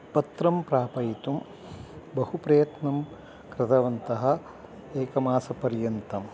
पत्रं प्रापयितुं बहु प्रयत्नं कृतवन्तः एकमासपर्यन्तम्